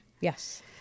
Yes